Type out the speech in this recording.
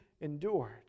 endured